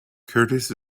curtis